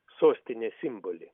sostinės simbolį